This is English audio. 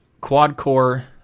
quad-core